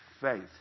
faith